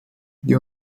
die